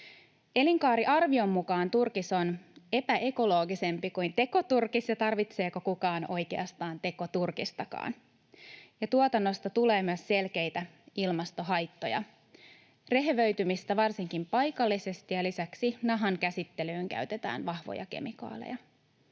Elinkaariarvion mukaan turkis on epäekologisempi kuin tekoturkis, ja tarvitseeko kukaan oikeastaan tekoturkistakaan? Tuotannosta tulee myös selkeitä ilmastohaittoja, rehevöitymistä varsinkin paikallisesti, ja lisäksi nahan käsittelyyn käytetään vahvoja kemikaaleja.